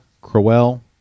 Crowell